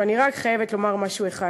אבל אני רק חייבת לומר משהו אחד.